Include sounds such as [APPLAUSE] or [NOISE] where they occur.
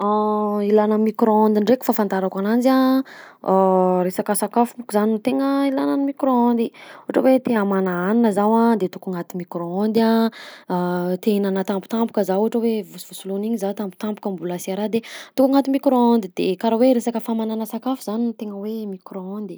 [HESITATION] Ilana ny micro-ondes ndraika fahafantarako ananjy a: [HESITATION] resaka sakafo monko zany no tegna ilana ny micro-ondes, ohatra hoe te hamana hanina zaho a de ataoko agnaty micro-ondes a, [HESITATION] te hihinana tampotampoka zaho ohatra hoe vosovosoloina igny za tampotampoka mbola sy araha de ataoko agnaty micro-ondes, de karaha hoe resaka famanana sakafo zany no tegna hoe micro-ondes.